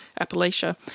Appalachia